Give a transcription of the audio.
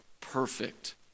perfect